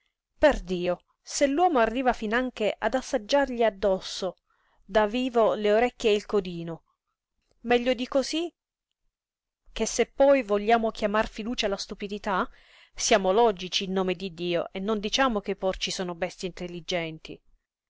lui perdio se l'uomo arriva finanche ad assaggiargli addosso da vivo le orecchie e il codino meglio di cosí che se poi vogliamo chiamar fiducia la stupidità siamo logici in nome di dio e non diciamo che i porci sono bestie intelligenti